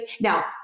now